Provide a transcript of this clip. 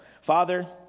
Father